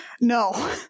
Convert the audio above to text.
No